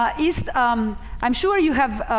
ah is um i'm sure you have